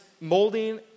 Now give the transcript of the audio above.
molding